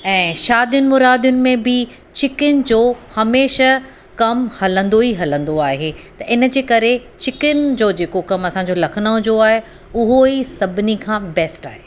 ऐं शादियुनि मुरादियुनि में बि चिकिन जो हमेशह कमु हलंदो ई हलंदो आहे त हिनजे करे चिकिन जो जेको कमु असांजो लखनऊ जो आहे उहो ई सभिनी खां बेस्ट आहे